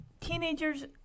teenagers